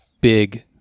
big